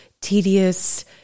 tedious